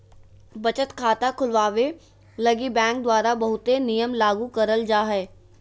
बचत खाता खुलवावे लगी बैंक द्वारा बहुते नियम लागू करल जा हय